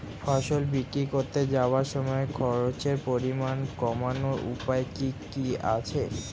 ফসল বিক্রি করতে যাওয়ার সময় খরচের পরিমাণ কমানোর উপায় কি কি আছে?